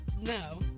No